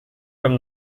from